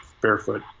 barefoot